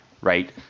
Right